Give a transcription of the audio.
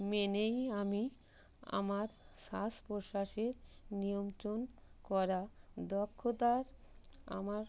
মেনেই আমি আমার শ্বাস প্রশ্বাসের নিয়ন্ত্রণ করা দক্ষতার আমার